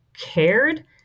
cared